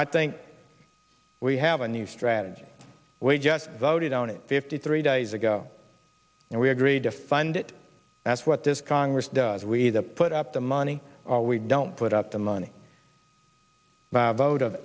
i think we have a new strategy voted on it fifty three days ago and we agreed to fund it that's what this congress does we the put up the money we don't put up the money by a vote of